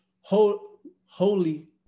holy